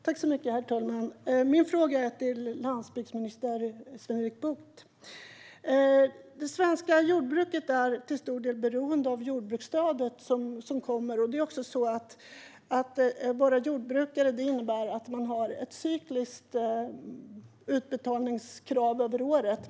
Herr talman! Min fråga går till landsbygdsminister Sven-Erik Bucht. Det svenska jordbruket är till stor del beroende av det jordbruksstöd som kommer. Att vara jordbrukare innebär att man har ett cykliskt utbetalningskrav över året.